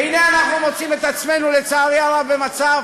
והנה אנחנו מוצאים את עצמנו, לצערי הרב, במצב